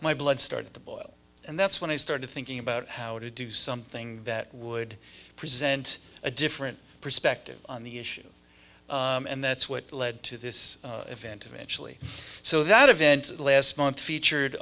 my blood started to boil and that's when i started thinking about how to do something that would present a different perspective on the issue and that's what led to this event eventually so that event last month featured